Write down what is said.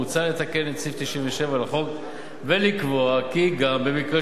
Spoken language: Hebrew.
מוצע לתקן את סעיף 97 לחוק ולקבוע כי גם במקרה